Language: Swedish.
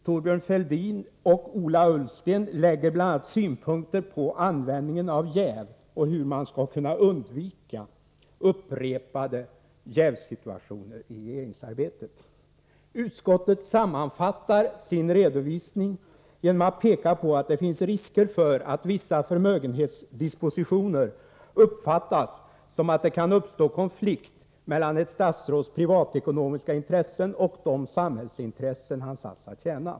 Thorbjörn Fälldin och Ola Ullsten lägger bl.a. synpunkter på användningen av jäv och hur man skall kunna undvika upprepade jävssituationer i regeringsarbetet. Utskottet sammanfattar sin redovisning genom att peka på att det finns risker för att vissa förmögenhetsdispositioner uppfattas som att det kan uppstå konflikt mellan ett statsråds privatekonomiska intressen och de samhällsintressen han satts att tjäna.